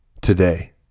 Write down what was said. today